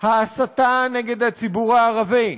ההסתה נגד הציבור הערבי,